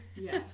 Yes